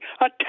attack